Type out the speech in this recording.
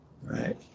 Right